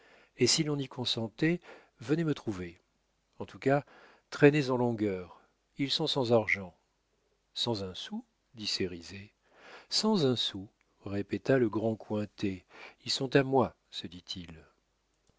et si l'on y consentait venez me trouver en tout cas traînez en longueur ils sont sans argent sans un sou dit cérizet sans un sou répéta le grand cointet ils sont à moi se dit-il